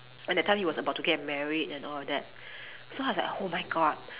and that time he was about to get married and all that so I was like oh my god